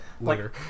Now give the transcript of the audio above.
later